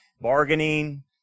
Bargaining